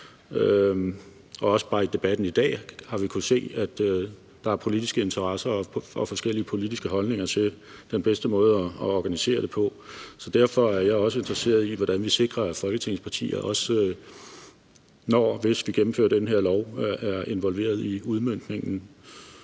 Også i debatten i dag har vi kunnet se, at der er politiske interesser og forskellige politiske holdninger til den bedste måde at organisere det på. Så derfor er jeg interesseret i, hvordan vi sikrer, at Folketingets partier også, når og hvis vi gennemfører den her lov, er involveret i udmøntningen,